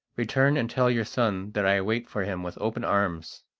return and tell your son that i wait for him with open arms.